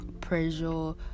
pressure